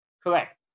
Correct